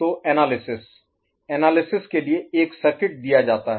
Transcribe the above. तो analysis analysis के लिए एक सर्किट दिया जाता है